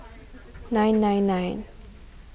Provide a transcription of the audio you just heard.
nine nine nine